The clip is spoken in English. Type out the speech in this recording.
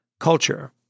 Culture